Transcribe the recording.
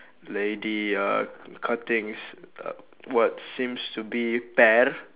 lady uh cutting uh what seems to be pear